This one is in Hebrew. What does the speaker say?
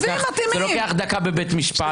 זה לוקח דקה בבית משפט.